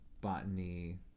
botany